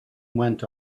went